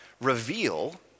reveal